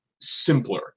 simpler